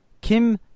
Kim